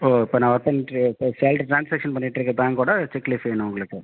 ஓ இப்போ நான் ஒர்க் பண்ணிட்டு இருக்கிற சால்ரி ட்ரான்ஸாக்ஷன் பண்ணிட்டு இருக்கிற பேங்க்கோடய செக் லீஃப் வேணும் உங்களுக்கு